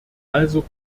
also